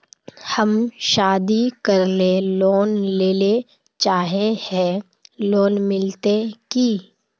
हम शादी करले लोन लेले चाहे है लोन मिलते की?